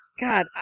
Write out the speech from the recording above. God